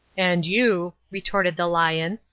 and you, retorted the lion,